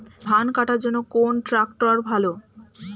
ধান কাটার জন্য কোন ট্রাক্টর ভালো?